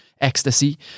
ecstasy